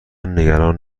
نگران